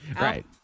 Right